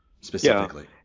specifically